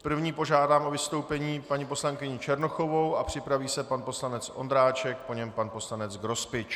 První požádám o vystoupení paní poslankyni Černochovou a připraví se pan poslanec Ondráček, po něm pan poslanec Grospič.